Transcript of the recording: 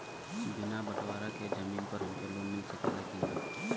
बिना बटवारा के जमीन पर हमके लोन मिल सकेला की ना?